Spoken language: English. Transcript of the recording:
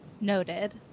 Noted